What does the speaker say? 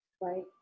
Right